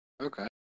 Okay